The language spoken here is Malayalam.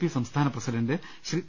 പി സംസ്ഥാന പ്രസിഡന്റ് പി